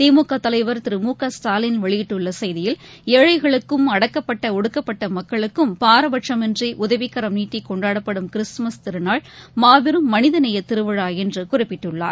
திமுகதலைவர் திரு மு க ஸ்டாலின் வெளியிட்டுள்ளசெய்தியில் ஏழைகளுக்கும் அடக்கப்பட்ட ஒடுக்கப்பட்டமக்களுக்கும் பாரபட்சமின்றிஉதவிக்கரம் நீட்டிகொண்டாடப்படும் கிறிஸ்துமஸ் திருநாள் மாபெரும் மனிதநேயதிருவிழாஎன்றுகுறிப்பிட்டுள்ளார்